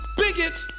bigots